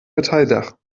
metalldach